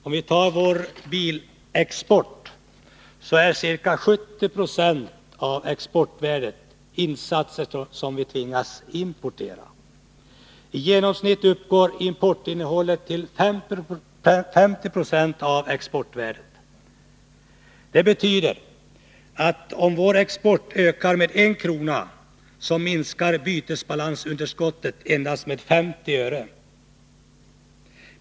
Om vi tar vår bilexport, så finner vi att ca 70 96 av exportvärdet är insatser som vi har tvingats importera. I genomsnitt uppgår importinnehållet till 50 20 av exportvärdet. Det betyder att om vår export ökar med 1 kr. så minskar bytesbalansunderskottet endast med 50 öre.